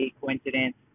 coincidence